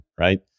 right